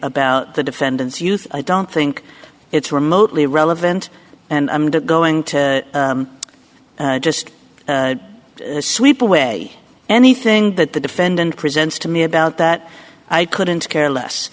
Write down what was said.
about the defendant's youth i don't think it's remotely relevant and i'm not going to just sweep away anything that the defendant presents to me about that i couldn't care less